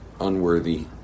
unworthy